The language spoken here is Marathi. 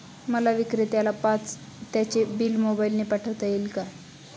मला विक्रेत्याला त्याचे बिल मोबाईलने पाठवता येईल का?